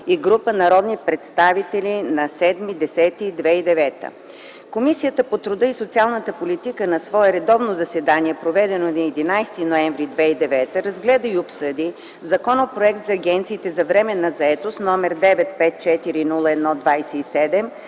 и група народни представители на 07.10.2009 г. Комисията по труда и социалната политика на свое редовно заседание, проведено на 11 ноември 2009 г., разгледа и обсъди Законопроект за агенциите за временна заетост, № 954-01-27,